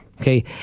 Okay